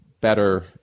better